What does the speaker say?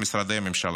משרדי הממשלה.